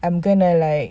I'm gonna like